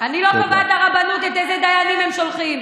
אני לא קובעת לרבנות אילו דיינים הם שולחים.